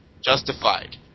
justified